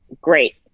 Great